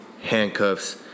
handcuffs